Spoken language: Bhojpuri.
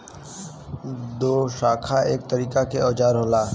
दोशाखा एक तरीके के औजार होला